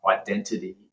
identity